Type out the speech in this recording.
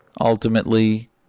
ultimately